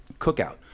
cookout